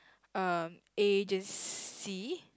um agency